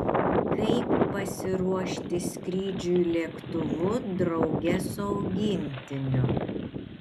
kaip pasiruošti skrydžiui lėktuvu drauge su augintiniu